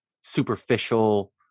superficial